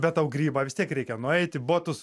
bet tau grybą vis tiek reikia nueiti botus